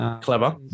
Clever